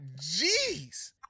Jeez